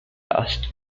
last